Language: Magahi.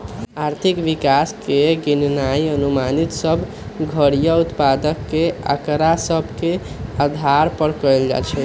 आर्थिक विकास के गिननाइ अनुमानित सभ घरइया उत्पाद के आकड़ा सभ के अधार पर कएल जाइ छइ